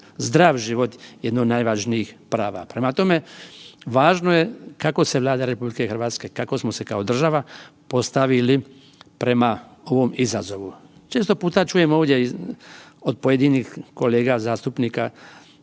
zdrav život jedno od najvažnijih prava. Prema tome, važno je kako se Vlada RH, kako smo se kao država postavili prema ovom izazovu. Često puta čujem ovdje od pojedinih kolega zastupnika